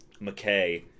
McKay